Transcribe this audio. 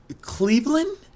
Cleveland